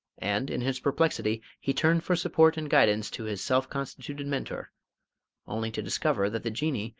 and, in his perplexity, he turned for support and guidance to his self-constituted mentor only to discover that the jinnee,